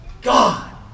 God